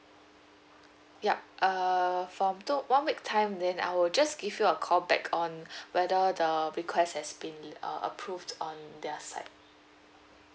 yup err from took one week time then I will just give you a call back on whether the request has been uh approved on their side